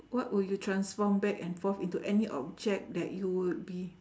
what will you transform back and forth into any object that you would be